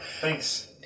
Thanks